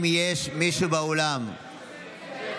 לא הבנתי, פנינה, בעד.